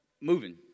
moving